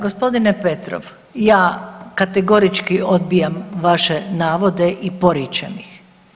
Gospodine Petrov, ja kategorički odbijam vaše navode i poričem ih.